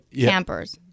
campers